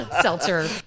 Seltzer